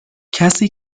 کسی